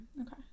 okay